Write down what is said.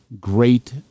great